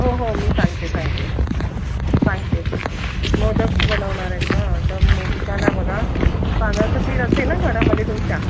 हो हो मी सांगते सांगते सांगते मोदक बनवणार आहे का तर मोदकाला बघा तांदळाचं पीठ असेल ना घरामध्ये तुमच्या